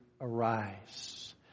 arise